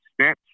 steps